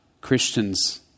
Christians